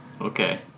Okay